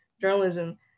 journalism